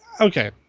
Okay